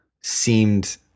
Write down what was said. seemed